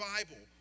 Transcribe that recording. Bible